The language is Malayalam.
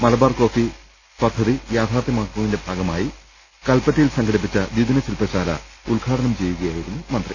മലബാർ കോഫി പദ്ധതി യാഥാർഥ്യമാക്കുന്നതിന്റെ ഭാഗമായി കൽപ്പറ്റയിൽ സംഘടിപ്പിച്ച ദിദിന ശിൽപ്പശാല ഉദ്ഘാടനം ചെയ്യുകയാ യിരുന്നു മന്ത്രി